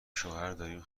شوهرداریم